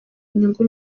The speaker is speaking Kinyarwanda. inyungu